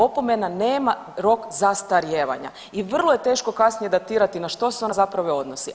Opomena nema rok zastarijevanja i vrlo je teško kasnije datirati na što se ona zapravo odnosi.